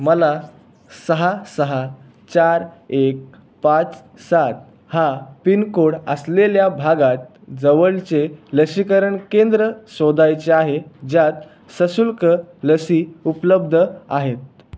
मला सहा सहा चार एक पाच सात हा पिनकोड असलेल्या भागात जवळचे लसीकरण केंद्र शोधायचे आहे ज्यात सशुल्क लसी उपलब्ध आहेत